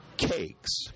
Cakes